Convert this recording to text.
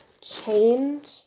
change